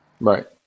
Right